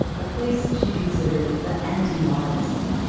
a place she considered the anti-modernism.